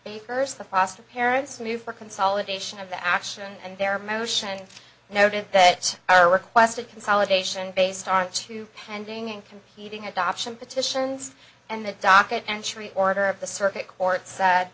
day first the foster parents knew for consolidation of the action and their motion noted that i requested consolidation based on two pending and competing adoption petitions and the docket entry order of the circuit court said